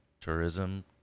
tourism